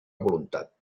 voluntat